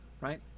right